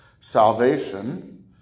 salvation